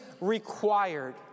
required